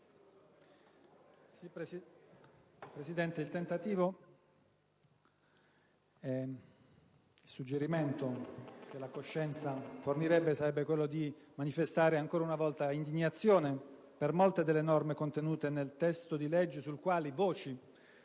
Presidente, il suggerimento che la coscienza fornirebbe sarebbe quello di manifestare ancora una volta indignazione per molte delle norme contenute nel testo di legge sul quale alcune